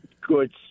good